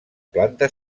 planta